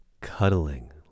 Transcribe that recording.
Cuddling